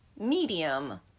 medium